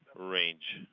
range